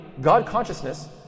God-consciousness